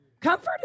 Comfort